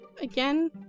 Again